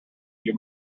few